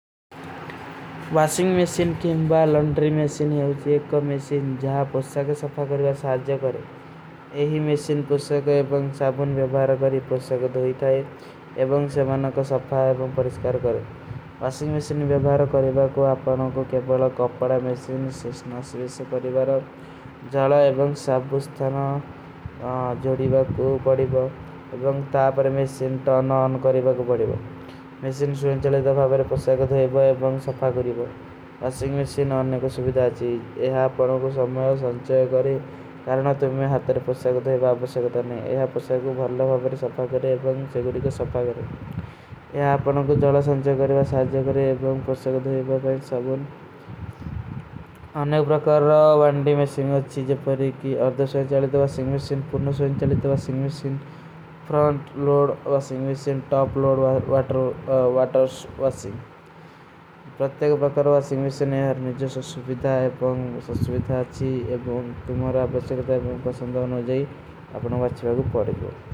Washing machine କେଂବା, laundry machine ହୈ। ଏକ ମେଶୀନ ଜହାଂ ପୁର୍ଷା କେ ସଫା କରେଗା ସାଜ୍ଯ କରେଂ। ଏହୀ ମେଶୀନ ପୁର୍ଷା କୋ ଏବଂଗ ସାବୁନ ଵେଭାର କରେଂ, ପୁର୍ଷା କୋ ଦୋଈତା ଏବଂଗ ସେମାନ କୋ ସଫା ଏବଂଗ ପରିସ୍କାର କରେଂ। ଵାଶିଂଗ ମେଶୀନ ଵେଭାର କରେଗା କୋ ଆପନୋଂ କୋ କେବଲା କପଡା, ମେଶୀନ, ସିସ୍ନା, ସିଲେଶ କରେଗା ରୋ। ଜଲା ଏବଂଗ ସାବୁ ସ୍ଥାନା ଜୋଡୀଗା କୋ ବଡେଗା। ଏବଂଗ ତାପର ମେଶୀନ ଟର୍ନ ଅନ କରେଗା କୋ ବଡେଗା। ଵାଶିଂଗ ମେଶୀନ ଅନେ କୋ ସୁପିଦା ଚୀଜ। ଏହା ପଡୋଂ କୋ ସମଯୋଂ ସଂଚଯ କରେଂ। କାରଣା ତୁମ୍ହେ ହାଥରେ ପଡା କରେଂ। ଏହା ପଡୋଂ କୋ ଭଲା ପଡା କରେଂ। ଏବଂଗ ଫେଗୁରୀ କୋ ସଫା କରେଂ। ଏହା ପଡୋଂ କୋ ଜଲା ସଂଚଯ କରେଂ। ଏହା ପଡୋଂ କୋ ସଫା କରେଂ।